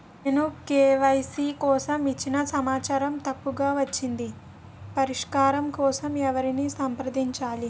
నేను కే.వై.సీ కోసం ఇచ్చిన సమాచారం తప్పుగా వచ్చింది పరిష్కారం కోసం ఎవరిని సంప్రదించాలి?